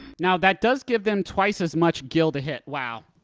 now, that does give them twice as much gil to hit. wow.